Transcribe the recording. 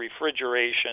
refrigeration